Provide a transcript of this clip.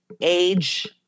Age